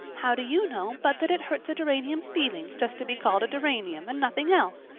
how do you know but that it hurts a geranium's feelings just to be called a geranium and nothing else?